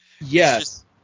Yes